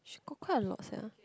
oh quite a lot sia